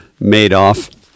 Madoff